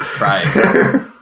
right